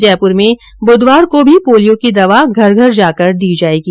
जयपुर में बुधवार को भी पोलियो की दवा घर घर जाकर दी जायेगी